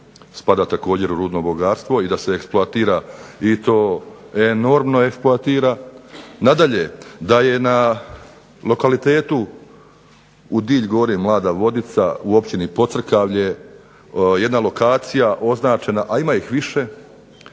spada također u rudno bogatstvo i da se eksploatira i to enormno eksploatira, nadalje da je na lokalitetu u Dilj Gori mlada vodica, u Općini Pocrkavlje jedna lokacija označena, a ima ih više,